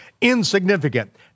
insignificant